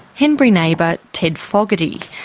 henbury neighbour but ted fogarty.